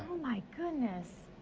my goodness.